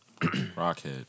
Rockhead